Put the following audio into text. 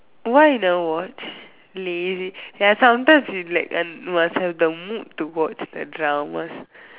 why you never watch lazy ya sometimes you like and must have the mood to watch the dramas